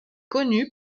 connu